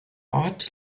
ort